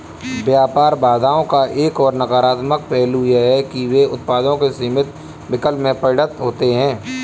व्यापार बाधाओं का एक और नकारात्मक पहलू यह है कि वे उत्पादों के सीमित विकल्प में परिणत होते है